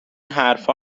حرفها